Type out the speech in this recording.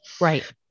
right